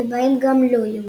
ובהם גם לא-יהודים.